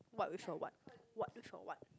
what with your what what with your what